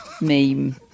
meme